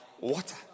water